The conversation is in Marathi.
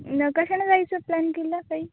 न कशानं जायचं प्लॅन केला काही